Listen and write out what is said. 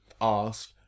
ask